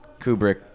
Kubrick